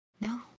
no